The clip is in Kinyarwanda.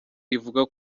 ivuga